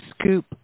scoop